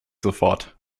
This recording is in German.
sofort